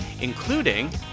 including